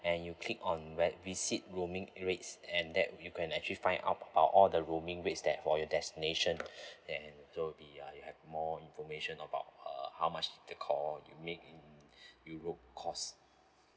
and you click on re~ receipt rooming rates and that you can actually find up about all the rooming rates that for your destination so it'll be uh you have more information about uh how much the call you made in europe costs